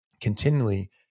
continually